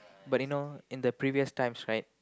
but you know in the previous times right